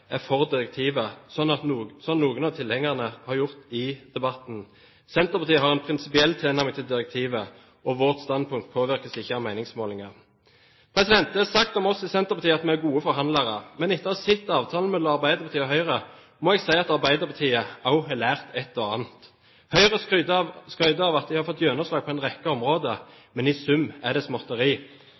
er for direktivet, slik noen av tilhengerne har gjort i debatten. Senterpartiet har en prinsipiell tilnærming til direktivet, og vårt standpunkt påvirkes ikke av meningsmålinger. Det er sagt om oss i Senterpartiet at vi er gode forhandlere. Men etter å ha sett avtalen mellom Arbeiderpartiet og Høyre må jeg si at Arbeiderpartiet også har lært et og annet. Høyre skryter av at de har fått gjennomslag på en rekke områder, men i sum er det